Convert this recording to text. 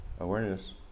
awareness